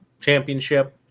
championship